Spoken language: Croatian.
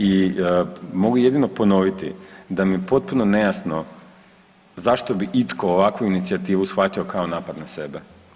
I mogu jedino ponoviti da mi je potpuno nejasno zašto bi itko ovakvu inicijativu shvatio kao napad na sebe.